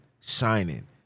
shining